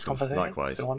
Likewise